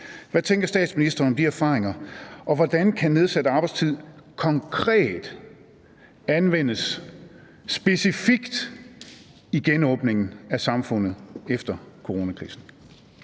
Hvad tænker statsministeren om de erfaringer, og hvordan kan nedsat arbejdstid konkret anvendes specifikt i genåbningen af samfundet efter coronakrisen?